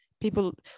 people